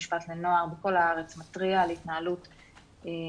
משפט לנוער בכל הארץ מתריע על התנהלות מדאיגה.